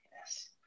yes